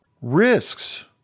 risks